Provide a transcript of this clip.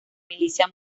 milicia